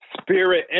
spirit